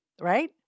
right